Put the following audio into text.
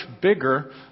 bigger